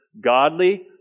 godly